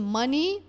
money